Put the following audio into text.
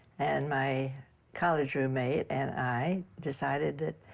and my college roommate and i decided that,